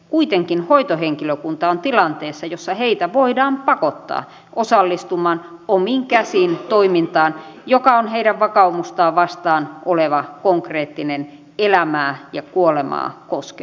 kuitenkin hoitohenkilökunta on tilanteessa jossa heitä voidaan pakottaa osallistumaan omin käsin toimintaan joka on heidän vakaumustaan vastaan oleva konkreettinen elämää ja kuolemaa koskeva teko